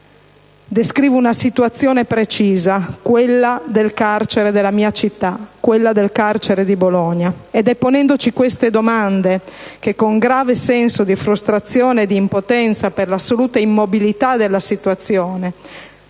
descrivo una situazione precisa, quella del carcere della mia città, quella del carcere di Bologna. Ed è ponendoci queste domande che, con grave senso di frustrazione da impotenza per l'assoluta immobilità della situazione,